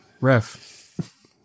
Ref